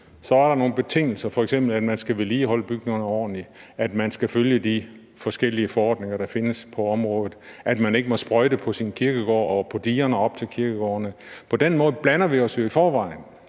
er der nogle betingelser, f.eks. at man skal vedligeholde bygningerne ordentligt, og at man skal følge de forskellige forordninger, der findes på området, herunder at man ikke må sprøjte på sin kirkegård og på digerne op til kirkegårdene. På den måde blander vi os jo i forvejen.